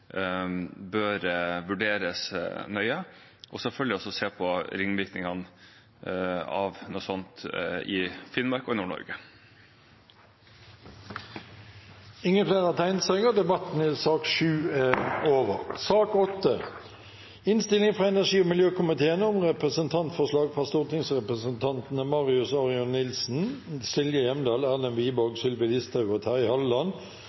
bør vurderes nøye, og selvfølgelig også se på ringvirkningene av noe sånt i Finnmark og i Nord-Norge. Flere har ikke bedt om ordet til sak nr. 7. Etter ønske fra energi- og miljøkomiteen vil presidenten ordne debatten slik: 3 minutter til hver partigruppe og